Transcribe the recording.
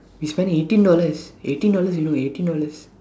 we spend eighteen dollars eighteen dollars you know eighteen dollars